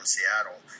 Seattle